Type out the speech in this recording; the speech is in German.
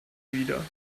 wieder